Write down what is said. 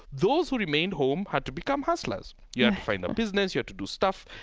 those who remained home had to become hustlers. you had to find a business you had to do stuff,